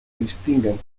distinguen